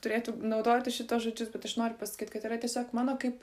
turėtų naudoti šituos žodžius bet aš noriu pasakyt kad yra tiesiog mano kaip